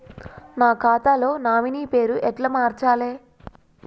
నా ఖాతా లో నామినీ పేరు ఎట్ల మార్చాలే?